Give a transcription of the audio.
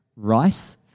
Rice